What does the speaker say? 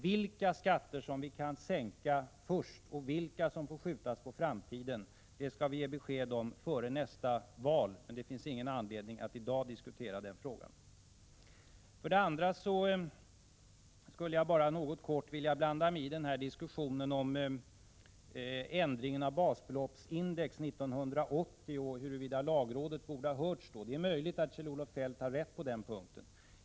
Vilka skatter vi kan sänka först och vilka som får skjutas på framtiden skall vi ge besked om före nästa val, men det finns ingen anledning att i dag diskutera denna fråga. Sedan skulle jag bara något kort vilja blanda mig i den här diskussionen om ändringen av basbeloppsindex 1980 och huruvida lagrådet borde ha hörts då. Det är möjligt att Kjell-Olof Feldt har rätt på den punkten.